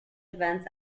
events